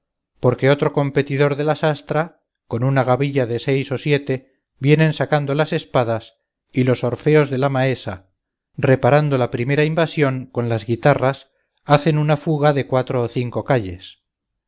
porque otro competidor de la sastra con una gavilla de seis o siete vienen sacando las espadas y los orfeos de la maesa reparando la primera invasión con las guitarras hacen una fuga de cuatro o cinco calles